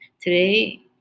Today